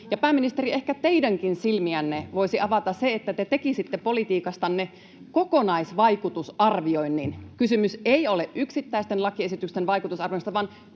pääministeri, ehkä teidänkin silmiänne voisi avata se, että te tekisitte politiikastanne kokonaisvaikutusarvioinnin. Kysymys ei ole yksittäisten lakiesitysten vaikutusarvioinneista vaan